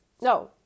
no